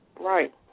Right